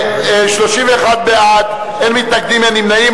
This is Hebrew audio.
31 בעד, אין מתנגדים, אין נמנעים.